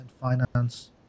finance